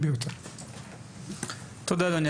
תודה, אדוני.